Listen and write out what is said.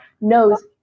knows